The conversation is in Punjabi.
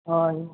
ਹਾਂਜੀ